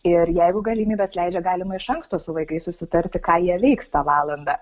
ir jeigu galimybės leidžia galima iš anksto su vaikais susitarti ką jie veiks tą valandą